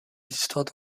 histoires